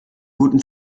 guten